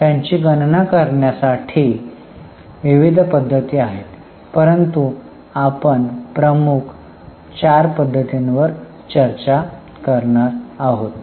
त्यांची गणना करण्यासाठी विविध पद्धती आहेत परंतु आपण प्रमुख चार पद्धतींवर चर्चा करणार आहोत